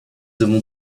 avons